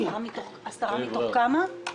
עשרה מתוך כמה?